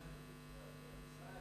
ההחלטה